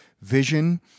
vision